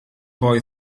boy